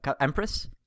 Empress